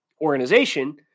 organization